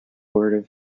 bored